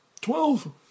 Twelve